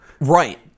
Right